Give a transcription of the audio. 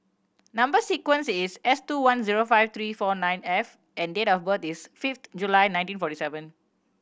number sequence is S two one zero five three four nine F and date of birth is fifth July nineteen forty seven